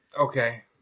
Okay